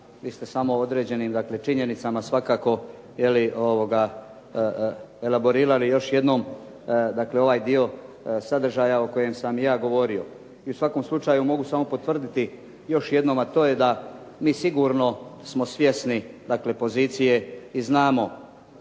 Vi ste samo određeni dakle činjenicama, svakako elaborirali još jednom ovaj dio sadržaja o kojem sam i ja govorio. I u svakom slučaju mogu samo potvrditi još jednom, a to je da mi sigurno smo svjesni dakle pozicije i znamo